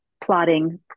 plotting